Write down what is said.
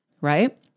right